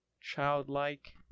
childlike